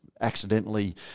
accidentally